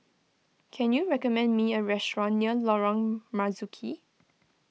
can you recommend me a restaurant near Lorong Marzuki